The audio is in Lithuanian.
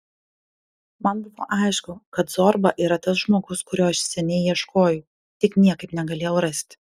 man buvo aišku kad zorba yra tas žmogus kurio aš seniai ieškojau tik niekaip negalėjau rasti